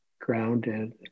grounded